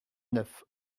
neuf